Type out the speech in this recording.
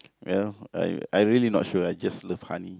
ya I I really not sure I just love honey